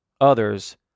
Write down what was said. others